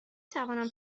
توانم